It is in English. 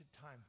time